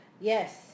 Yes